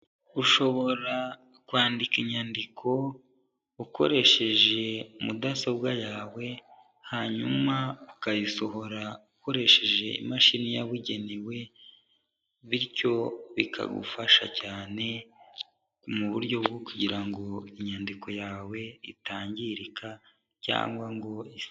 Ushobora kwandika inyandiko ukoresheje mudasobwa yawe hanyuma ukayisohora ukoresheje imashini yabugenewe, bityo bikagufasha cyane mu buryo bwo kugira ngo inyandiko yawe itangirika cyangwa ngo isaze.